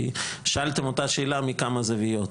כי שאלתם אותה שאלה מכמה זוויות.